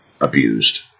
abused